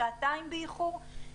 שעתיים באיחור,